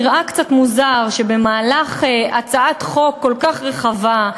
נראה קצת מוזר שבמהלך הצעת חוק כל כך רחבה,